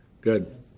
Good